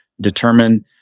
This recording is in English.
determine